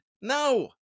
No